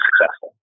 successful